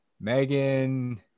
Megan